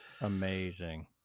amazing